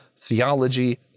theology